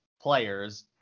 players